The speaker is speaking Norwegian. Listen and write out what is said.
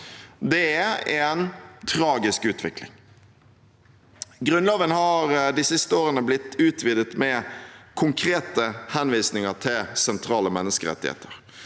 Det er en tragisk utvikling. Grunnloven har de siste årene blitt utvidet med konkrete henvisninger til sentrale menneskerettigheter.